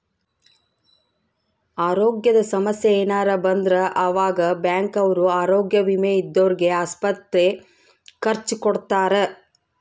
ಅರೋಗ್ಯದ ಸಮಸ್ಸೆ ಯೆನರ ಬಂದ್ರ ಆವಾಗ ಬ್ಯಾಂಕ್ ಅವ್ರು ಆರೋಗ್ಯ ವಿಮೆ ಇದ್ದೊರ್ಗೆ ಆಸ್ಪತ್ರೆ ಖರ್ಚ ಕೊಡ್ತಾರ